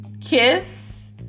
Kiss